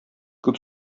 күп